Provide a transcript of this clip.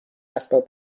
اسباب